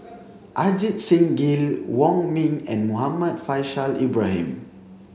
Ajit Singh Gill Wong Ming and Muhammad Faishal Ibrahim